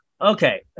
Okay